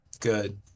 good